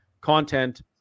content